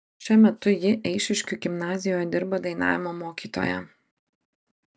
šiuo metu ji eišiškių gimnazijoje dirba dainavimo mokytoja